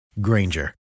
Granger